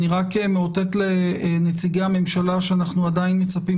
אני רק מאותת לנציגי הממשלה שאנחנו עדיין מצפים